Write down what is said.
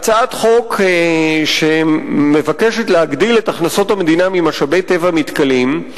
הגשנו הצעת חוק שמבקשת להגדיל את הכנסות המדינה ממשאבי טבע מתכלים.